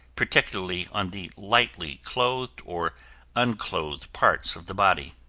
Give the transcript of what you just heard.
particularly on the lightly clothed or unclothed parts of the body.